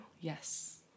Yes